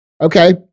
Okay